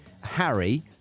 Harry